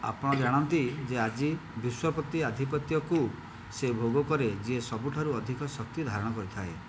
ଆପଣ ଜାଣନ୍ତି ଯେ ଆଜି ବିଶ୍ୱପ୍ରତି ଆଧିପତ୍ୟକୁ ସେ ଭୋଗ କରେ ଯିଏ ସବୁଠାରୁ ଅଧିକ ଶକ୍ତି ଧାରଣ କରିଥାଏ